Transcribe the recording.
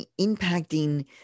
impacting